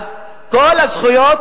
כל הזכויות,